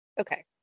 okay